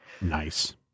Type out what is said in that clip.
nice